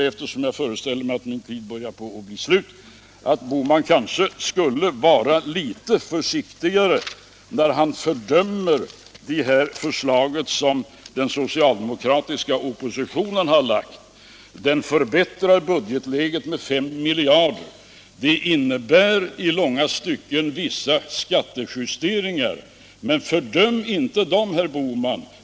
Eftersom jag föreställer mig att min talartid börjar rinna ut vill jag sluta med att säga att herr Bohman kanske skulle vara litet försiktigare när han fördömer det förslag som den socialdemokratiska oppositionen har lagt fram. Det förbättrar budgetläget med 5 miljarder kronor. Det innebär i vissa stycken vissa skattehöjningar, men fördöm inte dem, herr Bohman!